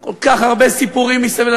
כל כך הרבה סיפורים מסביב,